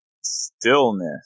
Stillness